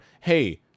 Hey